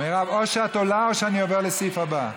מרב, או שאת עולה או שאני עובר לסעיף הבא.